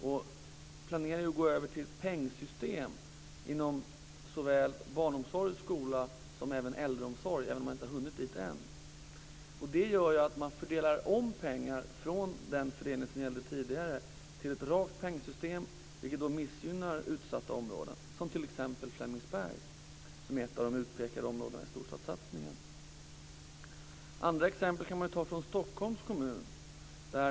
Man planerar att gå över till pengsystem inom såväl barnomsorg och skola som äldreomsorg, även om man inte hunnit dit ännu. Det gör att man fördelar om pengar. Man går ifrån den fördelning som gällde tidigare och går över till ett rakt pengsystem, vilket missgynnar utsatta områden - t.ex. Flemingsberg, som ju är ett av de utpekade områdena i storstadssatsningen. Andra exempel kan hämtas från Stockholms kommun.